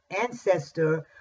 ancestor